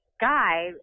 guy